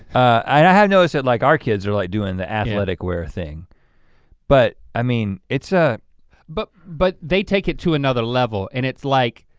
i have noticed that like our kids are like doing the athletic wear thing but i mean it's a but but they take it to another level and it's like,